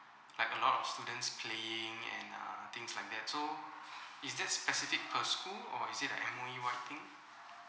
like a lot of students playing and uh things like that so is there specific per school or is it like M_O_E wide thing